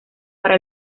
para